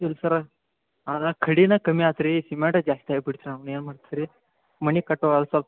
ಇಲ್ಲ ಸರ್ ಆದ್ರೆ ಕಡಿಮೆ ಕಮ್ಮಿ ಆತು ರೀ ಸಿಮೆಂಟ ಜಾಸ್ತಿ ಆಗ್ಬಿಡ್ತು ಏನು ಮಾಡ್ತೀರಿ ಮನೆ ಕಟ್ಟುವಾಗ ಸ್ವಲ್ಪ